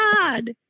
God